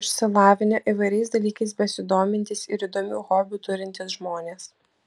išsilavinę įvairiais dalykais besidomintys ir įdomių hobių turintys žmonės